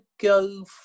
go